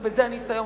ובזה אני אסיים,